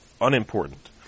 unimportant